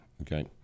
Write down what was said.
Okay